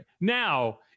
Now